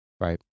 right